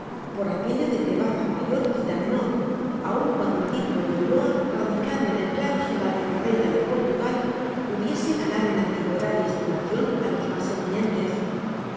por aquello de que baza mayor quita menor aun cuando el título de ulloa radicado en el claro solar de cabreira de portugal pudiese ganar en antigüedad y estimación a los más eminentes